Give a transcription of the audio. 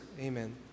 amen